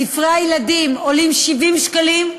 ספרי הילדים עולים 70 שקלים,